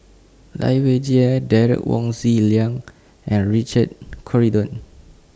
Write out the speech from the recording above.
Lai Weijie Derek Wong Zi Liang and Richard Corridon